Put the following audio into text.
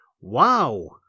Wow